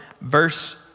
verse